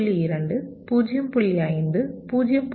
5 0